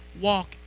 walk